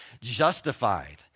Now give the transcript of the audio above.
justified